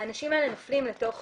האנשים האלה נופלים לתוך